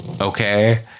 Okay